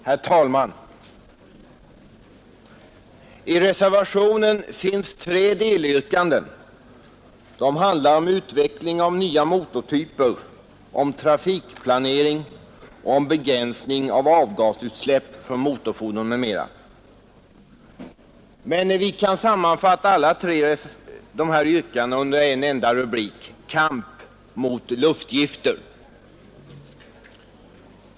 Herr talman! I reservationen finns tre delyrkanden. De handlar om utveckling av nya motortyper, om trafikplanering och om begränsning av avgasutsläpp från motorfordon m.m. Men vi kan sammanfatta alla tre yrkandena under en enda rubrik: kamp mot luftgifter.